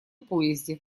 поезде